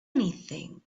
anything